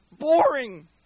boring